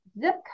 zip